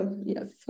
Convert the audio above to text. yes